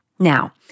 Now